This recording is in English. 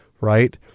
right